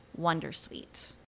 Wondersuite